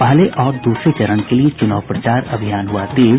पहले और दूसरे चरण के लिये चुनाव प्रचार अभियान हुआ तेज